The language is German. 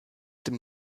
dem